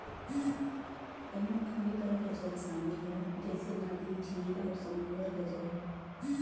एमन कई तरह के जल शामिल हौ जइसे नदी, झील आउर समुंदर के जल